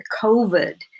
COVID